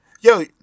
Yo